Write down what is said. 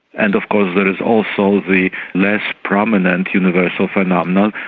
and of course there is also the less prominent universal phenomenon,